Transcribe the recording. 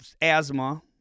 asthma